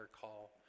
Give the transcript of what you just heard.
call